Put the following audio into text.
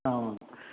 आम्